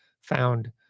found